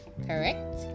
Correct